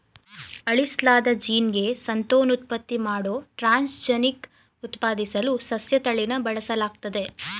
ಅಳಿಸ್ಲಾದ ಜೀನ್ಗೆ ಸಂತಾನೋತ್ಪತ್ತಿ ಮಾಡೋ ಟ್ರಾನ್ಸ್ಜೆನಿಕ್ ಉತ್ಪಾದಿಸಲು ಸಸ್ಯತಳಿನ ಬಳಸಲಾಗ್ತದೆ